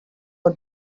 our